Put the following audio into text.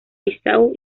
bissau